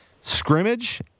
scrimmage